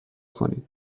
کنید